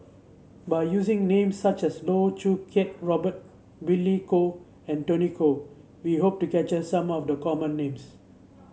by using names such as Loh Choo Kiat Robert Billy Koh and Tony Khoo we hope to capture some of the common names